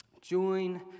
Join